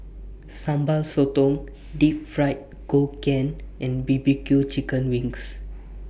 Sambal Sotong Deep Fried Ngoh Hiang and B B Q Chicken Wings